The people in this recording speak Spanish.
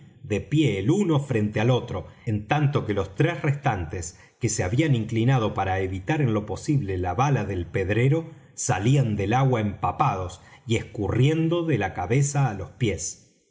de pie el uno frente al otro en tanto que los tres restantes que se habían inclinado para evitar en lo posible la bala del pedrero salían del agua empapados y escurriendo de la cabeza á los pies